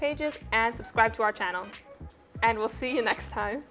pages and subscribe to our channel and we'll see you next time